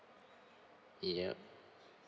yup